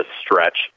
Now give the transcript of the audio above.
stretch